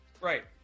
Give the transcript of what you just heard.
right